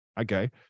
okay